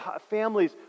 Families